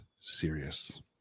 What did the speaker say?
serious